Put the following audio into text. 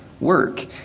work